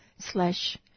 slash